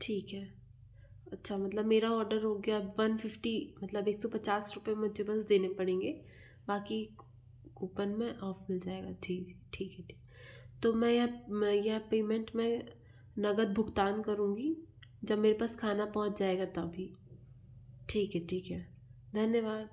ठीक है अच्छा मतलब मेरा आर्डर हो गया वन फिफ्टी मतलब एक सौ पचास रुपए मुझे बस देने पड़ेंगे बाकी कूपन में ऑफ मिल जाएगा ठीक है ठीक है तो मैं यहाँ पेमेंट में नगद भुगतान करूंगी जब मेरे पास खाना पहुंच जाएगा तभी ठीक है ठीक है धन्यवाद